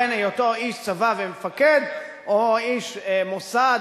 בין היותו איש צבא ומפקד או איש מוסד